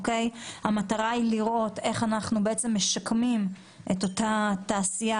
המטר היא לראות איך אנחנו בעצם משקמים את אותה תעשייה,